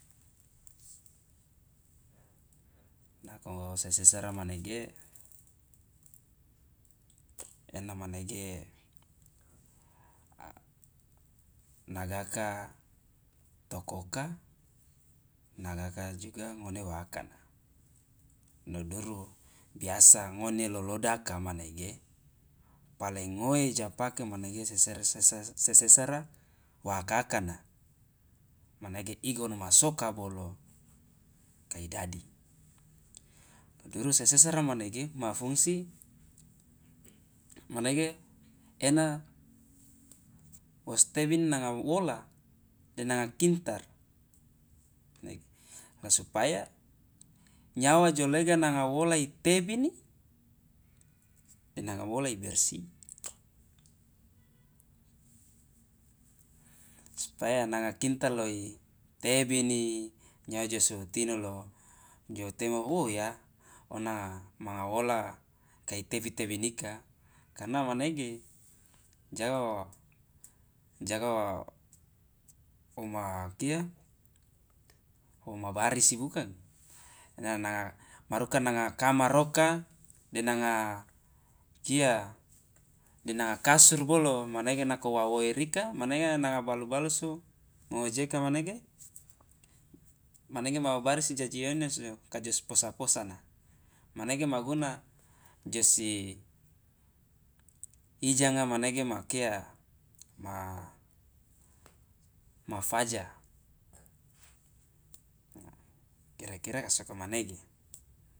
Nako sesesara manege ena manege nagaka tokoka nagaka juga ngone wo akana lo duru biasa ngone lolodaka manege paling ngoe ja pake manege sesesara waaka akana manege igono masoka bolo kai dadi lo duru sesesara manege ma fungsi manege ena wostebini nanga wola de nanga kintar nege la supaya nyawa jo lega nanga wola itebini de nanga wola ibersi supaya nanga kintal lo itebini nyawa jo suwutino lo jo temo wo ya ona manga wola kai tebi tebinika karna manege jaga wa jaga wa woma kia woma barisi bukang ena nanga maruka nanga kamar oka de nanga kia de nanga kasar bolo manege nako wa woerika manege nanga balu balusu ngoujeka manege mababarisi jaje ino so kajosposa posana manege maguna josi ijanga manege ma kia ma faja kira kira ka sokomanege.